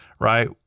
right